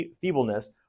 feebleness